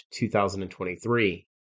2023